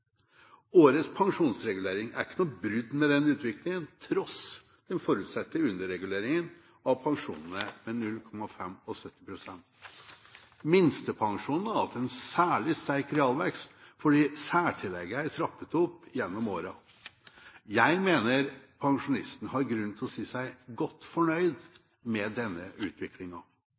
Årets pensjonsregulering er ikke noe brudd med den utviklingen, til tross for den forutsatte underreguleringen av pensjonene med 0,75 pst. Minstepensjonen har hatt en særlig sterk realvekst fordi særtillegget er trappet opp gjennom årene. Jeg mener pensjonistene har grunn til å si seg godt fornøyd med denne